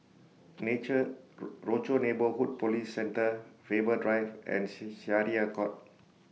Nature Rochor Neighborhood Police Centre Faber Drive and Syariah Court